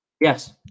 Yes